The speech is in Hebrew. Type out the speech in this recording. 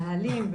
נהלים,